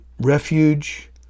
refuge